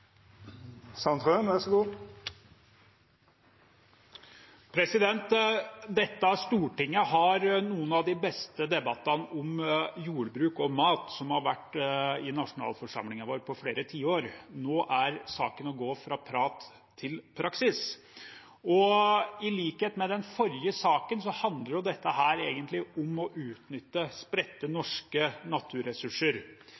mat som har vært i nasjonalforsamlingen vår på flere tiår. Nå er saken å gå fra prat til praksis. I likhet med den forrige saken handler dette egentlig om å utnytte spredte